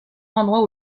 endroit